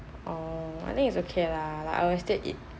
orh I think it's okay lah like I will still eat